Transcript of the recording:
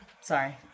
Sorry